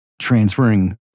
transferring